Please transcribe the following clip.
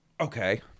Okay